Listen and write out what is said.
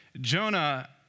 Jonah